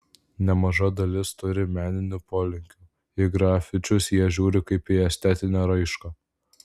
nemaža dalis turi meninių polinkių į grafičius jie žiūri kaip į estetinę raišką